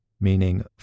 meaning